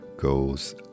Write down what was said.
goes